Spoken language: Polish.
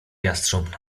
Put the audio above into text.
jastrząb